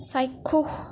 চাক্ষুস